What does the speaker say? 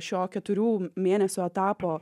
šio keturių mėnesių etapo